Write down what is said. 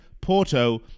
Porto